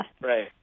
Right